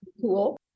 cool